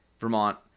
Vermont